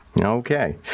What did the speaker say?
Okay